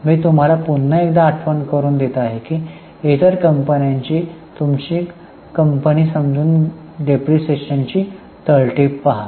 मी तुम्हाला पुन्हा आठवण करून देतो की तुम्ही इतर कंपन्याची तुमच्या कंपनी समजून डिप्रीशीएशनची तळटीप पहा